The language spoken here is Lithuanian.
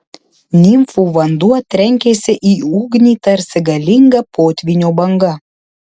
nimfų vanduo trenkėsi į ugnį tarsi galinga potvynio banga